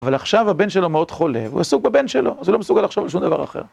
אבל עכשיו הבן שלו מאוד חולה, הוא עסוק בבן שלו, זה לא מסוגל לחשוב על שום דבר אחר.